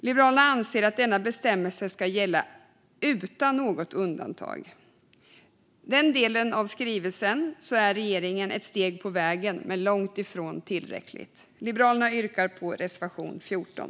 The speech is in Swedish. Liberalerna anser att denna bestämmelse ska gälla utan undantag. Den delen av regeringens skrivelse är ett steg på vägen, men det är långt ifrån tillräckligt. Liberalerna yrkar bifall till reservation 14.